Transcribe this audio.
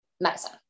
medicine